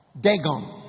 Dagon